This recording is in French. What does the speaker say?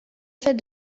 fait